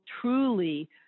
truly